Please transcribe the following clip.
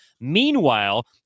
Meanwhile